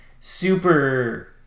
super